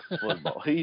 football